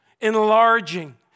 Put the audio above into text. enlarging